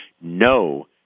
no